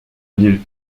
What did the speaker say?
ville